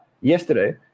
yesterday